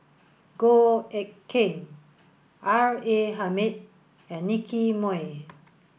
Goh Eck Kheng R A Hamid and Nicky Moey